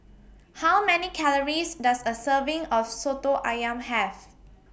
How Many Calories Does A Serving of Soto Ayam Have